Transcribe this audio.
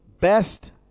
best